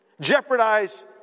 jeopardize